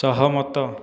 ସହମତ